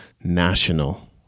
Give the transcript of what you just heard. national